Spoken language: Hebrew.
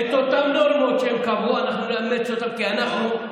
את אותן נורמות שהם קבעו אנחנו נאמץ, כי אנחנו,